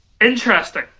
interesting